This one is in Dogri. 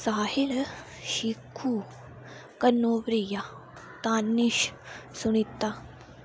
साहिल शिकू कन्नुप्रिया तानिश सुनीता